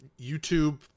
YouTube